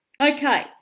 Okay